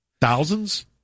thousands